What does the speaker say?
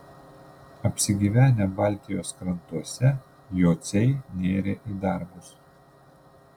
apsigyvenę baltijos krantuose jociai nėrė į darbus